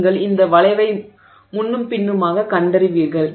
நீங்கள் இந்த வளைவை முன்னும் பின்னுமாகக் கண்டறிவீர்கள்